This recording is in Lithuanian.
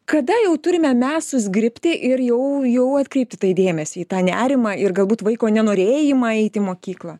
kada jau turime mes suzgribti ir jau jau atkreipti dėmesį į tą nerimą ir galbūt vaiko nenorėjimą eiti į mokyklą